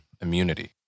immunity